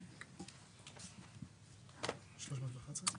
הצבעה אושר.